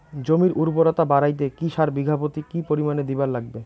জমির উর্বরতা বাড়াইতে কি সার বিঘা প্রতি কি পরিমাণে দিবার লাগবে?